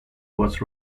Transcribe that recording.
was